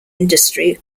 industry